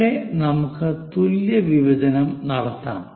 ഇവിടെ നമുക്ക് തുല്യ വിഭജനം നടത്താം